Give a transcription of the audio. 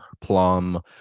plum